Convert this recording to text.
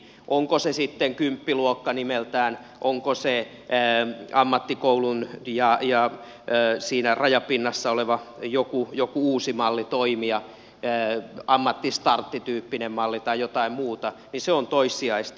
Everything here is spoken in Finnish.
onko se sitten kymppiluokka nimeltään onko se ammattikoulun ja siinä rajapinnassa oleva joku uusi malli toimia ammattistarttityyppinen malli tai jotain muuta niin se on toissijaista